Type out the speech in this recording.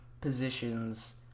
positions